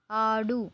ఆడు